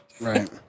Right